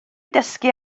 dysgu